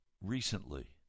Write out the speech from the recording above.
recently